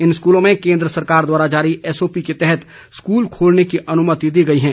इन स्कूलों में केन्द्र सरकार द्वारा जारी एसओपी के तहत स्कूल खोलने की अनुमति दी गई है